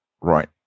right